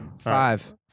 Five